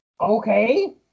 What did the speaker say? Okay